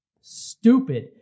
Stupid